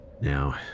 Now